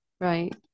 right